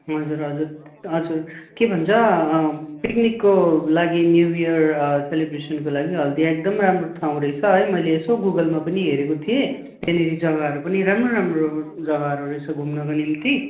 हजुर हजुर हजुर के भन्छ पिकनिकको लागि न्यू इअर सेलिब्रेसनको लागि हल्दिया एकदम राम्रो ठाउँ रहेछ है मैले यसो गुगलमा पनि हरेको थिएँ त्यहाँनिर जग्गाहरू पनि राम्रो राम्रो जग्गाहरू रहेछ घुम्नुको निम्ति